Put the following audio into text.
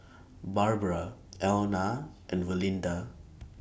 Barbara Elna and Valinda